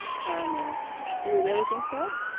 paramore do you really think so?